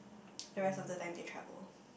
the rest of the time they travel